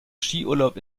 skiurlaub